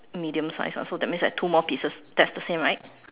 medium sized so that means like two more pieces that's the same right